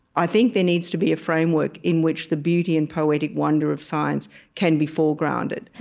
i think there needs to be a framework in which the beauty and poetic wonder of science can be foregrounded.